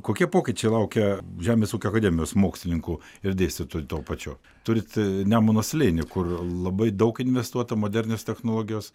kokie pokyčiai laukia žemės ūkio akademijos mokslininkų ir dėstytojų tuo pačiu turit nemuno slėnį kur labai daug investuota modernios technologijos